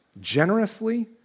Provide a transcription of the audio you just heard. generously